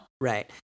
Right